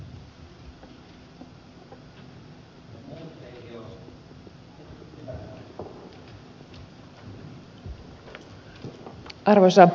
tämän ed